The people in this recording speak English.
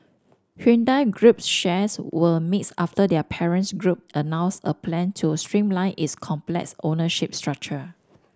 Hyundai Group shares were mixed after their parents group announced a plan to streamline its complex ownership structure